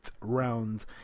round